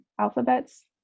alphabets